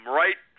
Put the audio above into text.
right